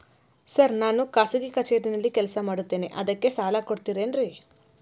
Sir ನಾನು ಖಾಸಗಿ ಕಚೇರಿಯಲ್ಲಿ ಕೆಲಸ ಮಾಡುತ್ತೇನೆ ಅದಕ್ಕೆ ಸಾಲ ಕೊಡ್ತೇರೇನ್ರಿ?